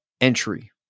entry